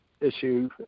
issue